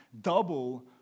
double